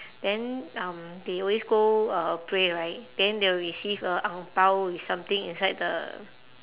then um they always go uh pray right then they will receive a ang bao with something inside the